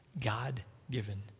God-given